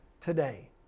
today